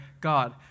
god